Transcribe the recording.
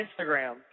Instagram